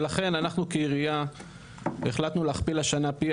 לכן אנחנו כעירייה החלטנו להכפיל השנה פי